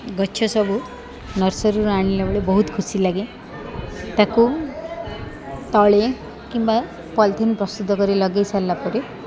ଗଛ ସବୁ ନର୍ସରୀରୁ ଆଣିଲା ବେଳେ ବହୁତ ଖୁସି ଲାଗେ ତାକୁ ତଳେ କିମ୍ବା ପଲିଥିନ୍ ପ୍ରସ୍ତୁତ କରି ଲଗେଇ ସାରିଲା ପରେ